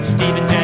Stephen